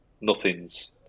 nothing's